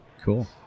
cool